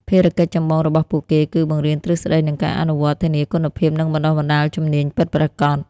ភារកិច្ចចម្បងរបស់ពួកគេគឺ បង្រៀនទ្រឹស្ដីនិងការអនុវត្តន៍ ធានាគុណភាព និងបណ្តុះបណ្តាលជំនាញពិតប្រាកដ។